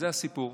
זה הסיפור,